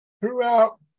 throughout